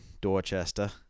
dorchester